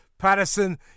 Patterson